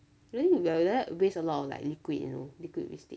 then you like that waste a lot of like liquid you know liquid wastage